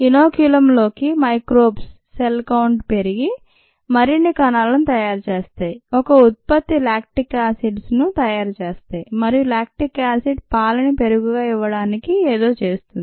inoculum లోని microbes cell count పెరిగి మరిన్ని కణాలను తయారు చేస్తాయి ఒక ఉత్పత్తి లాక్టిక్ యాసిడ్స్ తయారుచేస్తాయి మరియు లాక్టిక్ యాసిడ్ పాలని పెరుగును ఇవ్వడానికి ఏదో చేస్తుంది